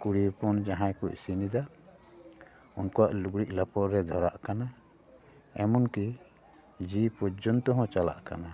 ᱠᱩᱲᱤ ᱦᱚᱯᱚᱱ ᱡᱟᱦᱟᱸᱭ ᱠᱚ ᱤᱥᱤᱱᱮᱫᱟ ᱩᱱᱠᱩᱣᱟᱜ ᱞᱩᱜᱽᱲᱤᱡ ᱞᱟᱯᱚ ᱨᱮ ᱫᱷᱚᱨᱟᱜ ᱠᱟᱱᱟ ᱮᱢᱚᱱ ᱠᱤ ᱡᱤᱣᱤ ᱯᱚᱨᱡᱚᱱᱛᱚ ᱦᱚᱸ ᱪᱟᱞᱟᱜ ᱠᱟᱱᱟ